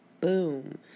Boom